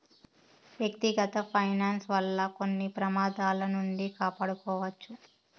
వ్యక్తిగత ఫైనాన్స్ వల్ల కొన్ని ప్రమాదాల నుండి కాపాడుకోవచ్చు